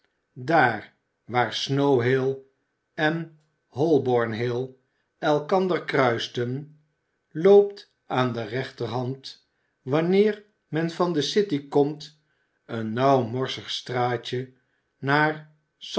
daar waar snow hill en holborn hill elkander kruisen loopt aan de rechterhand wanneer men van de city komt een nauw morsig straatje naar